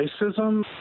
racism